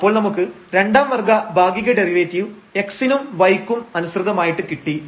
അപ്പോൾ നമുക്ക് രണ്ടാം വർഗ്ഗ ഭാഗിക ഡെറിവേറ്റീവ് x നും y ക്കും അനുസൃതമായിട്ട് കിട്ടി